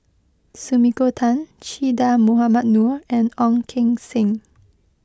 Sumiko Tan Che Dah Mohamed Noor and Ong Keng Sen